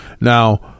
Now